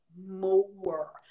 more